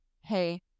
hey